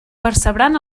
percebran